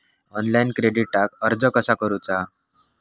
Online क्रेडिटाक अर्ज कसा करुचा?